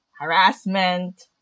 harassment